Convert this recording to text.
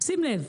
שים לב,